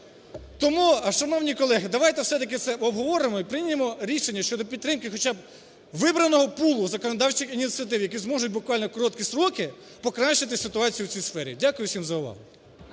Тому, шановні колеги, давайте все-таки це обговоримо і приймемо рішення щодо підтримки хоча б вибраного пулу законодавчих ініціатив, які зможуть буквально в короткі строки покращити ситуацію в цій сфері. Дякую всім за увагу.